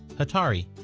hatari!